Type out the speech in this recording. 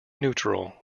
neutral